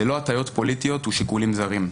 ללא הטיות פוליטיות ושיקולים זרים.